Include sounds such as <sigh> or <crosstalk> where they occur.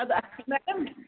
<unintelligible> madam